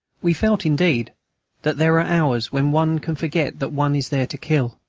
we felt indeed that there are hours when one can forget that one is there to kill.